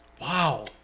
Wow